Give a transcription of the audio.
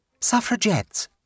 Suffragettes